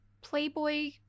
Playboy